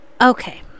Okay